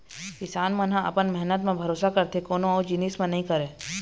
किसान मन ह अपन मेहनत म भरोसा करथे कोनो अउ जिनिस म नइ करय